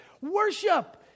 Worship